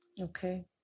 okay